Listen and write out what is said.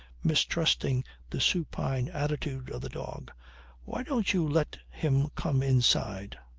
mistrusting the supine attitude of the dog why don't you let him come inside?